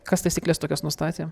kas taisykles tokias nustatė